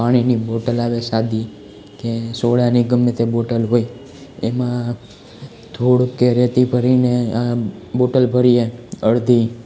પાણીની બોટલ આવે સાદી તે સોડાની ગમે તે બોટલ હોય એમાં ધૂળ કે રેતી ભરીને આ બોટલ ભરીએ અડધી